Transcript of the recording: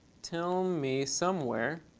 tell me somewhere